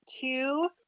two